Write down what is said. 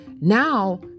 Now